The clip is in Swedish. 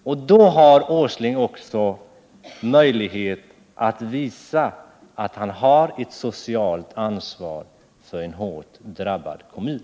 Gör han det visar han också socialt ansvar för en hårt drabbad kommun.